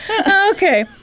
Okay